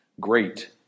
great